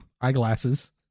eyeglasses